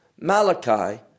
Malachi